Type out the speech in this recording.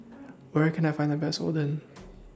Where Can I Find The Best Oden